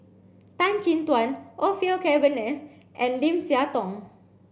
Tan Chin Tuan Orfeur Cavenagh and Lim Siah Tong